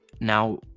Now